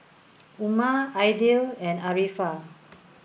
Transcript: Umar Aidil and Arifa